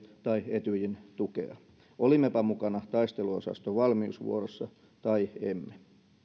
tai etyjin tukea olimmepa mukana taisteluosaston valmiusvuorossa tai emme